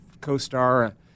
co-star